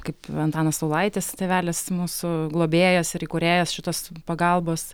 kaip antanas saulaitis tėvelis mūsų globėjas ir įkūrėjas šitos pagalbos